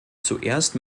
zuerst